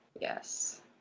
yes